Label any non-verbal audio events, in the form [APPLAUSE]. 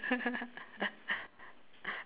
[LAUGHS]